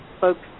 folks